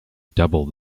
double